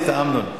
התשע"א 2011,